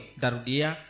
darudia